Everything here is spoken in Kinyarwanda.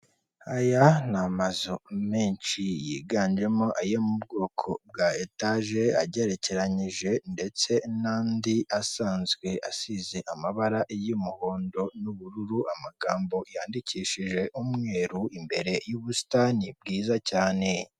Aya ni amazu menshi yiganjemo ayo mu bwoko bwa etaje agerekeranyije ndetse n'andi asanzwe asize amabara y'umuhondo n'ubururu, amagambo yandikishije umweru imbere y'ubusitani bwiza cyane.